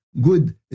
good